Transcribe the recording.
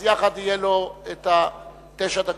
אז יחד יהיו לו תשע הדקות.